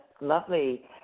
lovely